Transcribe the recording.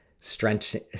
stretching